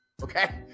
okay